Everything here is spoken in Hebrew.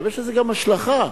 יש לזה גם השלכה,